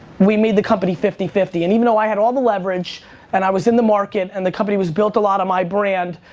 we made the company fifty fifty. and even though, i had all the leverage and i was in the market and the company was built a lot my brand.